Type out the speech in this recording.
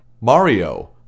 Mario